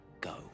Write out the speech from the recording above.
go